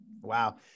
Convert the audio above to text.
Wow